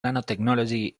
nanotechnology